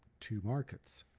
two markets.